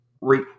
re